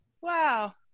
wow